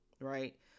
right